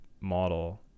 model